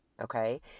Okay